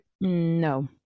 No